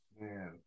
Man